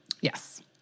Yes